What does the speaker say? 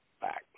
back